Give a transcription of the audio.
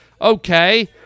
Okay